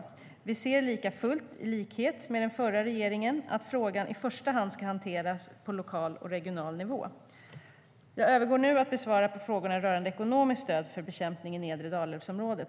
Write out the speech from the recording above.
Vi anser likafullt, i likhet med den förra regeringen, att frågan i första hand ska hanteras på lokal och regional nivå. Jag övergår nu till att besvara frågorna rörande ekonomiskt stöd för bekämpning i nedre Dalälven-området.